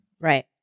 Right